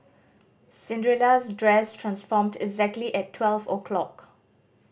Cinderella's dress transformed exactly at twelve o'clock